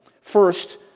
First